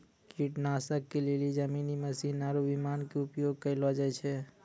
कीटनाशक के लेली जमीनी मशीन आरु विमान के उपयोग कयलो जाय छै